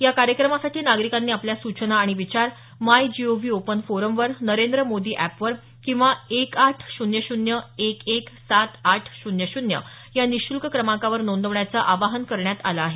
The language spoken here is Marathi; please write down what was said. या कार्यक्रमासाठी नागरिकांनी आपल्या सूचना आणि विचार माय जीओव्ही ओपन फोरमवर नरेंद्र मोदी अॅप वर किंवा एक आठ शून्य शून्य एक एक सात आठ शून्य शून्य या निशूल्क क्रमांकावर नोंदवण्याचं आवाहन करण्यात आलं आहे